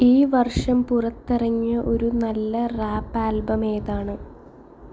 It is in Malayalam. ഈ വർഷം പുറത്തിറങ്ങിയ ഒരു നല്ല റാപ്പ് ആൽബം ഏതാണ്